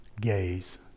gaze